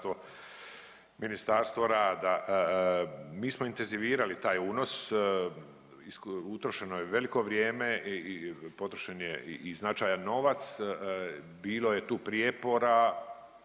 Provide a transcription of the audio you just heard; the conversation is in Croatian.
Ministarstvo rada. Mi smo intenzivirali taj unos, utrošeno je veliko vrijeme i potrošen je i značajan novac. Bilo je tu prijepora